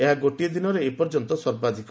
ଏହା ଗୋଟିଏ ଦିନରେ ଏପର୍ଯ୍ୟନ୍ତ ସର୍ବାଧିକ